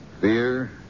Fear